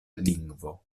lingvo